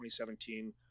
2017